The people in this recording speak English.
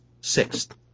Sixth